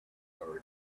are